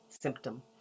symptom